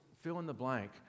fill-in-the-blank